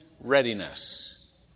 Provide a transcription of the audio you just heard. readiness